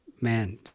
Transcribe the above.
man